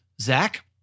Zach